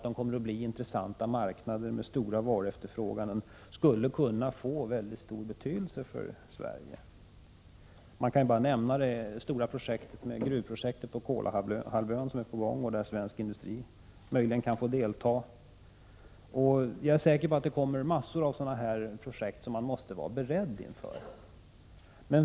De kommer att bli intressanta marknader med stor varuefterfrågan och skulle kunna få mycket stor betydelse för Sverige. Man kan bara nämna det stora gruvprojektet på Kolahalvön, där svensk industri möjligen kan få delta. Jag är säker på att det kommer massor av andra liknande projekt, som man måste vara beredd inför.